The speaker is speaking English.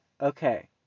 okay